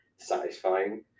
satisfying